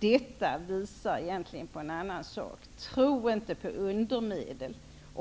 Detta visar egentligen en annan sak, nämligen att man inte skall tro på undermedel.